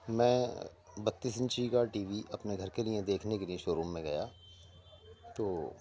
میں بتیس انچی کا ٹی وی اپنے گھر کے لیے دیکھنے کے لیے شو روم میں گیا تو